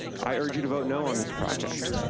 i urge you to vote no on this project.